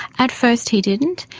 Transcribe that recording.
at first he didn't,